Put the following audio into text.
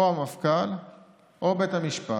או המפכ"ל, או בית המשפט.